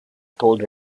told